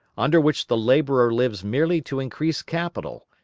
under which the labourer lives merely to increase capital,